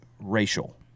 racial